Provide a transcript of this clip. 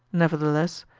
nevertheless,